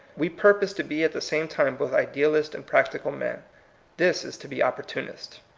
we purpose to be at the same time both idealists and practical men this is to be opportunists.